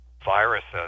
viruses